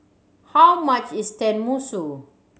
how much is Tenmusu